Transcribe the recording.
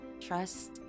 trust